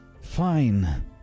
fine